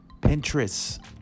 Pinterest